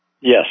Yes